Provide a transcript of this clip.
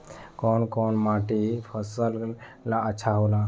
कौन कौनमाटी फसल ला अच्छा होला?